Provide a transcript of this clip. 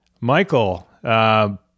Michael